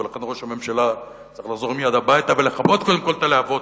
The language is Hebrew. ולכן ראש הממשלה צריך לחזור מייד הביתה ולכבות קודם כול את הלהבות,